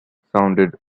sounded